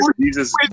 Jesus